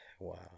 wow